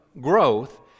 growth